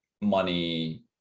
money